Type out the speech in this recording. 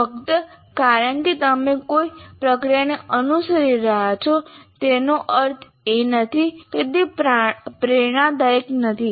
ફક્ત કારણ કે તમે કોઈ પ્રક્રિયાને અનુસરી રહ્યા છો તેનો અર્થ એ નથી કે તે પ્રેરણાદાયક નથી